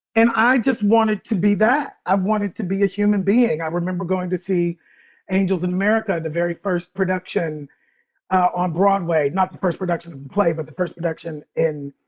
and i just wanted to be that. i've wanted to be a human being. i remember going to see angels in america. the very first production on broadway. not the first production of the play, but the first production in,